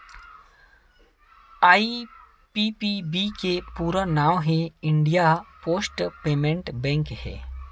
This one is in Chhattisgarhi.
आई.पी.पी.बी के पूरा नांव हे इंडिया पोस्ट पेमेंट बेंक हे